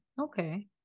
okay